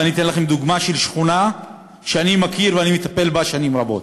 ואני אתן לכם דוגמה של שכונה שאני מכיר ואני מטפל בה שנים רבות,